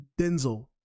Denzel